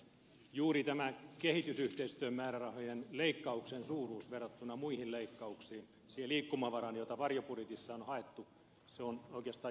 juuri tämä kehitysyhteistyön määrärahojen leikkauksen suuruus verrattuna muihin leikkauksiin siihen liikkumavaraan jota varjobudjetissa on haettu on oikeastaan järkyttävän suuri